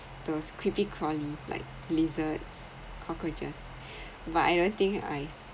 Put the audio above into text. those creepy-crawly like lizards cockroaches but I don't think I